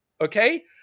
okay